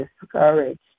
discouraged